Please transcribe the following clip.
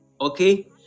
okay